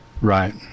Right